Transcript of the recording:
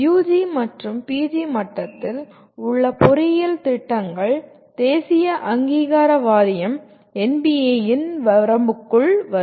UG மற்றும் PG மட்டத்தில் உள்ள பொறியியல் திட்டங்கள் தேசிய அங்கீகார வாரியம் NBA ன் வரம்பிற்குள் வரும்